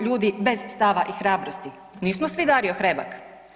ljudi bez stava i hrabrosti, nismo svi Dario Hrebak.